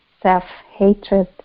self-hatred